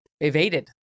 evaded